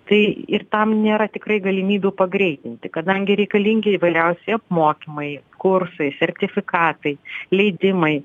tai ir tam nėra tikrai galimybių pagreitinti kadangi reikalingi įvairiausi apmokymai kursai sertifikatai leidimai